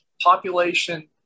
population